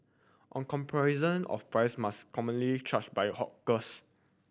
on comparison of price must commonly charged by a hawkers